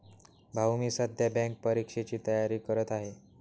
भाऊ मी सध्या बँक परीक्षेची तयारी करत आहे